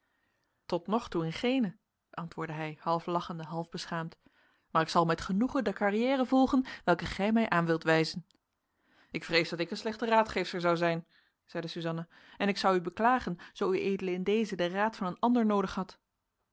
tot nog toe in geene antwoordde hij half lachende half beschaamd maar ik zal met genoegen de carrière volgen welke gij mij aan wilt wijzen ik vrees dat ik een slechte raadgeefster zoude zijn zeide suzanna en ik zou u beklagen zoo ued in dezen den raad van een ander noodig had